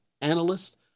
analyst